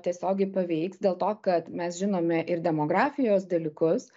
tiesiogiai paveiks dėl to kad mes žinome ir demografijos dalykus